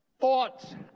thoughts